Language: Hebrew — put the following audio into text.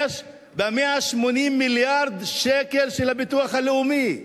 ב-180 מיליארד שקל של הביטוח הלאומי.